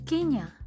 Kenya